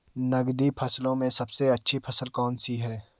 नकदी फसलों में सबसे अच्छी फसल कौन सी है?